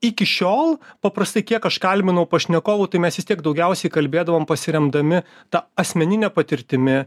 iki šiol paprastai kiek aš kalbinau pašnekovų tai mes vis tiek daugiausiai kalbėdavom pasiremdami ta asmenine patirtimi